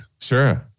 sure